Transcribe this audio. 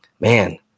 man